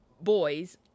boys